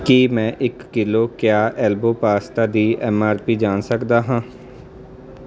ਕੀ ਮੈਂ ਇੱਕ ਕਿਲੋ ਕਿਆ ਐਲਬੋ ਪਾਸਤਾ ਦੀ ਐੱਮ ਆਰ ਪੀ ਜਾਣ ਸਕਦਾ ਹਾਂ